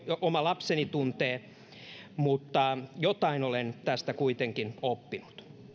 oma lapseni tuntee mutta jotain olen tästä kuitenkin oppinut